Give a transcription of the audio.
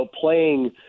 playing